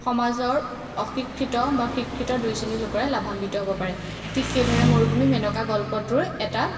সমাজৰ অশিক্ষিত বা শিক্ষিত দুই শ্ৰেণীৰ লোকৰে লাভাম্বিত হ'ব পাৰে ঠিক সেইদৰে মৰুভূমিৰ মেনকা গল্পটোৰ এটা